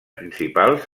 principals